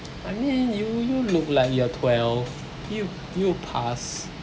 I mean you you look like you are twelve you you pass